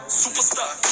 superstar